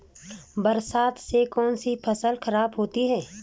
बरसात से कौन सी फसल खराब होती है?